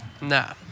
Nah